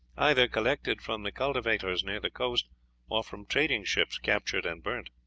either collected from the cultivators near the coast or from trading ships captured and burnt.